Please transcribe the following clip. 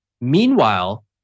Meanwhile